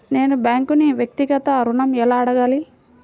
నేను బ్యాంక్ను వ్యక్తిగత ఋణం ఎలా అడగాలి?